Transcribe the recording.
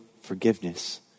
forgiveness